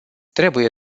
trebuie